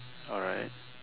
alright